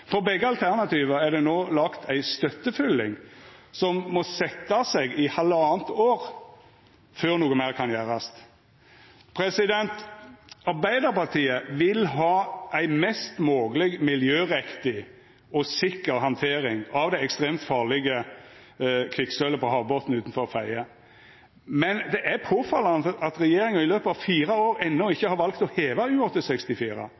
For begge alternativa er det no laga ei støttefylling som må setja seg i halvtanna år før noko meir kan gjerast. Arbeidarpartiet vil ha ei mest mogleg miljøriktig og sikker handtering av det ekstremt farlege kvikksølvet på havbotnen utanfor Fedje, men det er påfallande at regjeringa i løpet av fire år enno